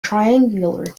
triangular